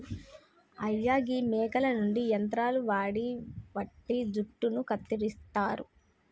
అయ్యా గీ మేకల నుండి యంత్రాలు వాడి వాటి జుట్టును కత్తిరిస్తారు